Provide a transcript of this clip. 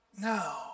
No